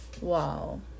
Wow